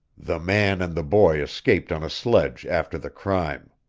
the man and the boy escaped on a sledge after the crime.